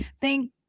Thank